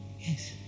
Yes